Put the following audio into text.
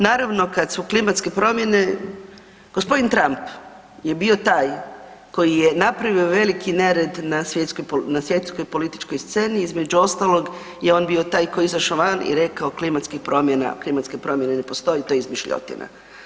Naravno kad su klimatske promjene, g. Trump je bio taj koji je napravio veliki nered na svjetskoj političkoj sceni, između ostalog je on bio taj koji je izašao van i rekao klimatskih promjena, klimatske promjene ne postoje, to je izmišljotina.